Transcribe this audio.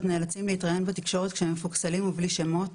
נאלצים להתראיין בתקשורת כשהם מפוקסלים ובלי שמות,